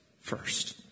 first